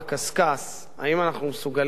האם אנחנו מסוגלים להתמודד עם זה.